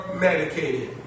medicated